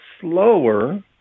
slower